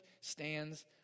stands